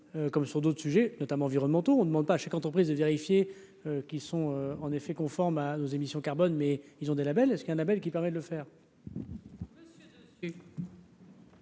comme sur d'autres sujets, notamment environnementaux on ne demande pas à chaque entreprise de vérifier qu'ils sont en effet conforme à nos émissions carbone mais ils ont des labels est ce qu'un Label qui permet de le faire.